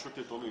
פשוט יתומים.